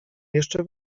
jeszcze